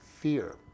fear